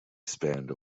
spanned